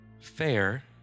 fair